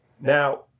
now